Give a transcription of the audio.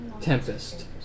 Tempest